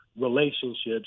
relationships